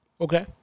Okay